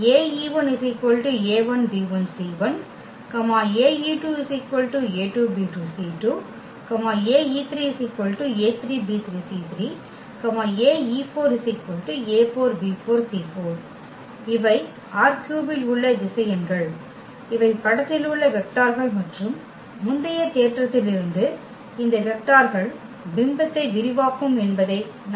இவை ℝ3 இல் உள்ள திசையன்கள் இவை படத்தில் உள்ள வெக்டார்கள் மற்றும் முந்தைய தேற்றத்திலிருந்து இந்த வெக்டார்கள் பிம்பத்தை விரிவாக்கும் என்பதை நாம் அறிவோம்